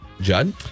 Judd